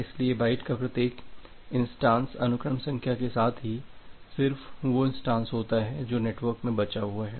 इसलिए बाइट का प्रत्येक इंस्टांस अनुक्रम संख्या के साथ ही सिर्फ वो इंस्टांस होता है जो नेटवर्क मे बचा हुआ है